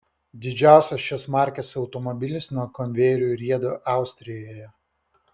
didžiausias šios markės automobilis nuo konvejerių rieda austrijoje